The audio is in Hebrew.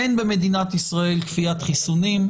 אין במדינת ישראל כפיית חיסונים.